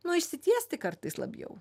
nu išsitiesti kartais labiau